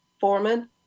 Foreman